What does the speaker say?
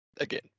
Again